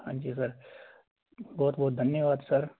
ਹਾਂਜੀ ਸਰ ਬਹੁਤ ਬਹੁਤ ਧੰਨਵਾਦ ਸਰ